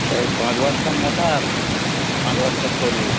ওই পাঁচ বস্তা মোটা পাঁচ বস্তা সরু